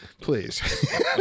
Please